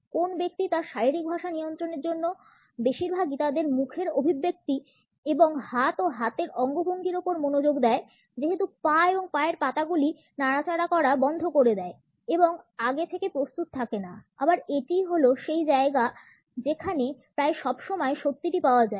কোন ব্যক্তি তার শারীরিক ভাষা নিয়ন্ত্রণের জন্য বেশিরভাগই তাদের মুখের অভিব্যক্তি এবং হাত ও হাতের অঙ্গভঙ্গির উপর মনোযোগ দেয় যেহেতু পা এবং পায়ের পাতাগুলি নড়াচড়া করা বন্ধ করে দেয় এবং আগে থেকে প্রস্তুত থাকেনা আবার এটিই হলো সেই জায়গা যেখানে প্রায় সব সময় সত্যিটি পাওয়া যায়